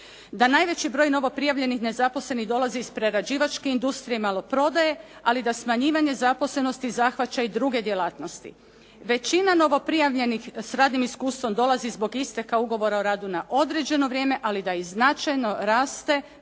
Da najveći broj novo prijavljenih nezaposlenih dolazi iz prerađivačke industrije, maloprodaje, ali da smanjivanje zaposlenosti zahvaća i druge djelatnosti. Većina novo prijavljenih sa radnim iskustvom dolazi zbog isteka ugovora o radu na određeno vrijeme, ali da i značajno raste